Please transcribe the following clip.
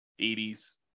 80s